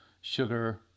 sugar